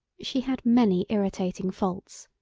she had many irritating faults.